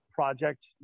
Project